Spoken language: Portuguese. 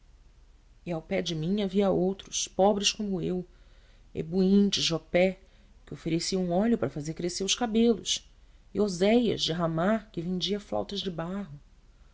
e ao pé de mim havia outros pobres como eu eboim de jopé que oferecia um óleo para fazer crescer os cabelos e oséias de ramá que vendia flautas de barro